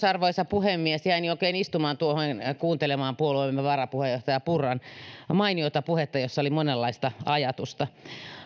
arvoisa puhemies jäin oikein istumaan tuohon kuuntelemaan puolueemme varapuheenjohtaja purran mainiota puhetta jossa oli monenlaista ajatusta